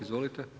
Izvolite.